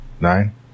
Nine